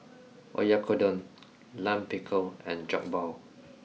Oyakodon Lime Pickle and Jokbal